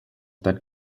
that